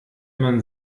man